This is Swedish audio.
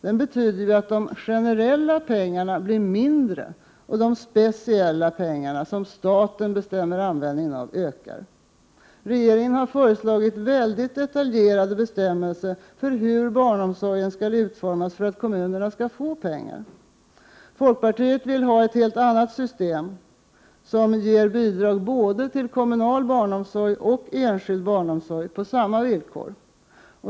Den betyder att de generella pengarna minskar och de speciella pengarna, som staten bestämmer hur de skall användas, ökar. Regeringen har föreslagit mycket detaljerade bestämmelser för hur barnomsorgen skall utformas för att kommunerna skall få pengar. Folkpartiet vill ha ett helt annat system som innebär att bidrag ges både till kommunal barnomsorg och till enskild barnomsorg på samma villkor.